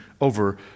over